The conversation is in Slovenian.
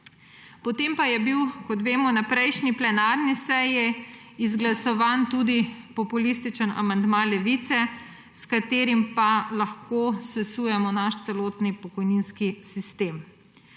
Potem pa je bil, kot vemo, na prejšnji plenarni seji izglasovan tudi populistični amandma Levice, s katerim lahko sesujemo naš celotni pokojninski sistem.